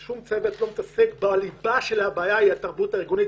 שום צוות לא מתעסק בליבה של הבעיה שהיא התרבות הארגונית.